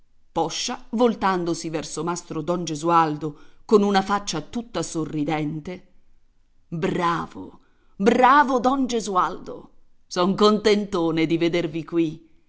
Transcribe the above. poscia voltandosi verso mastro don gesualdo con una faccia tutta sorridente bravo bravo don gesualdo son contentone di vedervi qui